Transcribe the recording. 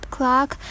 clock